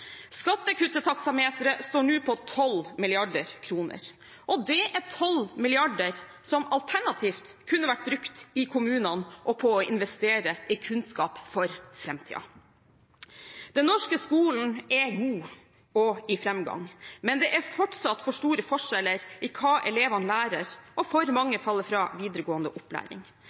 dem. Skattekutt-taksameteret står nå på 12 mrd. kr, og det er 12 mrd. som alternativt kunne vært brukt i kommunene og på å investere i kunnskap for framtiden. Den norske skolen er god og i framgang, men det er fortsatt for store forskjeller i hva elevene lærer, og for